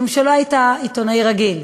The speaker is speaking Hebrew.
משום שלא היית עיתונאי רגיל: